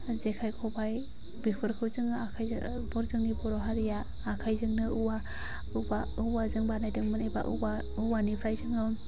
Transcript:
जेखाय खबाय बेफोरखौ जोङो आखाइजों जोंनि बर' हारिआ आखाइजोंनो औवाजों बानायदोंमोन एबा औवानिफ्राइ जोङो